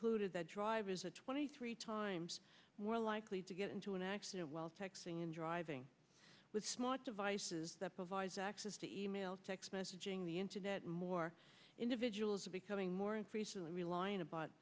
did that drive is a twenty three times more likely to get into an accident while texting and driving with smart devices that provides access to e mail text messaging the internet more individuals are becoming more increasingly